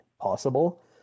possible